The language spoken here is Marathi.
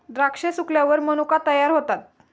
द्राक्षे सुकल्यावर मनुका तयार होतात